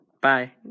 Bye